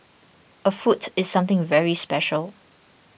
a foot is something very special